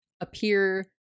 appear